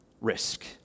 risk